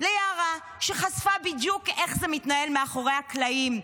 ליערה שחשפה בדיוק איך זה מתנהל מאחורי הקלעים.